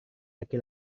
laki